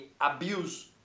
abuse